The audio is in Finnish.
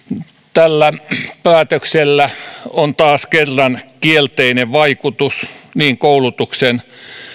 tällä päätöksellä on taas kerran kielteinen vaikutus niin koulutuksen